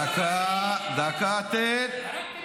דקה, דקה, דקה, תן.